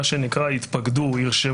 מה שנקרא "יתפקדו",